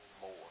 more